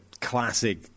classic